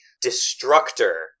Destructor